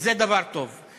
וזה דבר טוב.